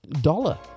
dollar